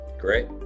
Great